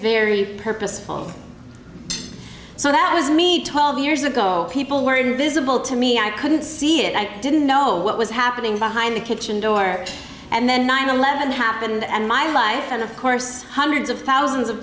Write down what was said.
very purposeful so that was me twelve years ago people were invisible to me i couldn't see it i didn't know what was happening behind the kitchen door and then nine eleven happened and my life and of course hundreds of thousands of